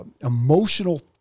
emotional